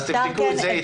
אז תבדקו את זה איתם.